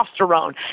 testosterone